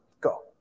go